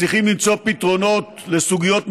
מצליחים למצוא פתרונות לסוגיות מורכבות,